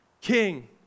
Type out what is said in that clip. king